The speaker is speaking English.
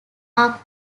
are